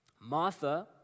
Martha